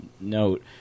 note